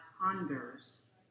ponders